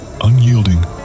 unyielding